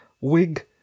wig